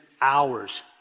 hours